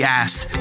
asked